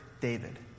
David